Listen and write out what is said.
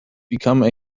become